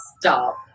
Stop